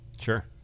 Sure